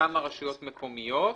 לכמה רשויות מקומיות,